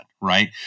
right